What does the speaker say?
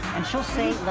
and she'll say